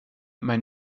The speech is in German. mein